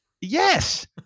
yes